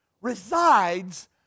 resides